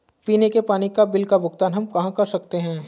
पीने के पानी का बिल का भुगतान हम कहाँ कर सकते हैं?